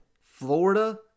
florida